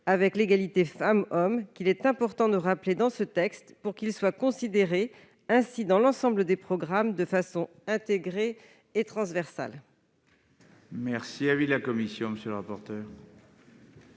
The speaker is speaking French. avec l'égalité femmes-hommes qu'il est important de rappeler dans ce texte pour qu'il soit considéré dans l'ensemble des programmes, de façon intégrée et transversale.